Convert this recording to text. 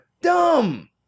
Dumb